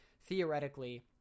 theoretically